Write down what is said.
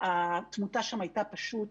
והתמותה שם הייתה פשוט